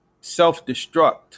self-destruct